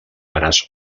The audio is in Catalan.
braç